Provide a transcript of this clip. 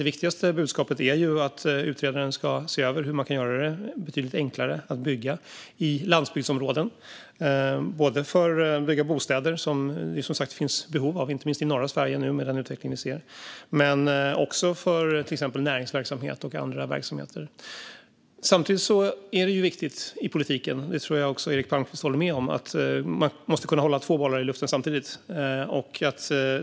Det viktigaste budskapet är att utredaren ska se över hur man kan göra det betydligt enklare att bygga i landsbygdsområden. Det handlar om att bygga bostäder, vilket det som sagt finns behov av, inte minst i norra Sverige i och med den utveckling vi ser. Men det handlar också om exempelvis näringsverksamhet och andra verksamheter. Samtidigt är det viktigt i politiken - och det tror jag att Eric Palmqvist håller med om - att man kan hålla två bollar i luften samtidigt.